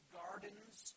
gardens